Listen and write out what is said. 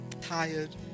tired